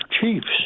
chiefs